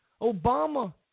Obama